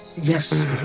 Yes